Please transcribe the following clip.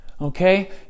okay